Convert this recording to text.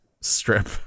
strip